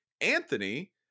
anthony